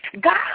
God